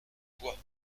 pois